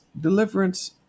deliverance